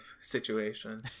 situation